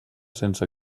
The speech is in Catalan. sense